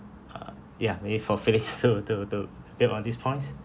uh ya we wait for felix to to to build on these points